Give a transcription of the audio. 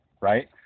right